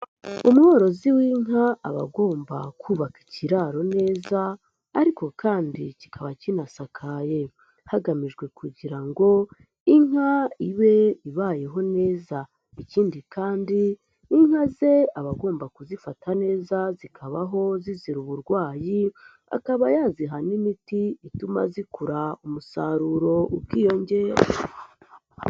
Umworozi w'inka aba agomba kubaka ikiraro neza ariko kandi kikaba kinasakaye. Hagamijwe kugira ngo inka ibe ibayeho neza. Ikindi kandi inka ze aba agomba kuzifata neza zikabaho zizira uburwayi, akaba yaziha n'imiti ituma zikura, umusaruro ubwiyongera.